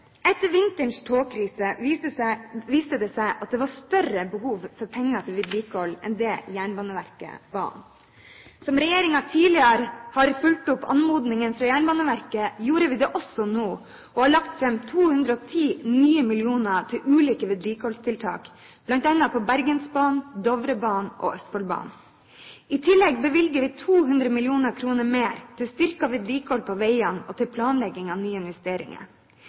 Etter vinterens togkrise viste det seg at det var større behov for penger til vedlikehold enn det Jernbaneverket ba om. Som regjeringen tidligere har fulgt opp anmodningen fra Jernbaneverket, gjorde vi det også nå, og har lagt fram 210 nye millioner til ulike vedlikeholdstiltak, bl.a. på Bergensbanen, Dovrebanen og Østfoldbanen. I tillegg bevilger vi 200 mill. kr mer til styrket vedlikehold av veiene og til planlegging av nye investeringer.